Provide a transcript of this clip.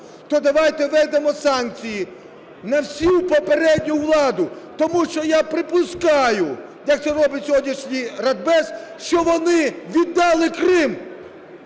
то давайте введемо санкції на всю попередню владу, тому що я припускаю, як це робить сьогодні Радбез, що вони віддали Крим.